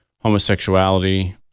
homosexuality